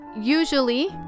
usually